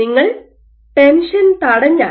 നിങ്ങൾ ടെൻഷൻ തടഞ്ഞാൽ